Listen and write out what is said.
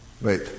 Wait